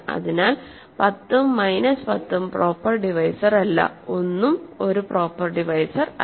അതിനാൽ 10 ഉം മൈനസ് 10 ഉം പ്രോപ്പർ ഡിവൈസർ അല്ല 1 ഉം ഒരു പ്രോപ്പർ ഡിവൈസർ അല്ല